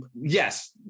yes